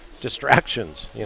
distractions